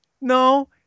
No